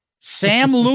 Sam